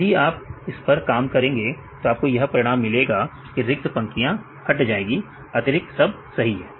यदि आप इस पर काम करेंगे तो आपको यह परिणाम मिलेगा की रिक्त पंक्तियां हट जाएगी अतिरिक्त सब सही है